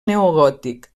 neogòtic